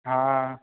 हँ